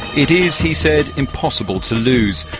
it is, he said, impossible to lose.